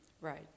Right